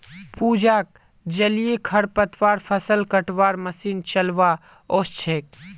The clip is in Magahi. पूजाक जलीय खरपतवार फ़सल कटवार मशीन चलव्वा ओस छेक